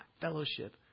fellowship